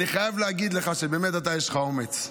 אני חייב להגיד לך, שבאמת יש לך אומץ.